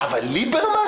אבל ליברמן?